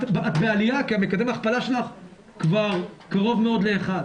את בעליה כי מקדם ההכפלה שלך כבר קרוב מאוד ל-1.